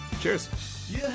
cheers